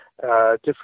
different